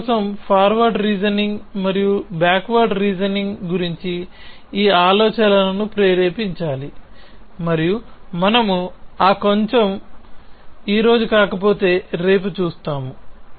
మీ కోసం forward reasoning మరియు backward reasoning గురించి ఈ ఆలోచనలను ప్రేరేపించాలి మరియు మనము ఆ కొంచెం ఈ రోజు కాకపోతే రేపు చూస్తాము